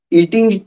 eating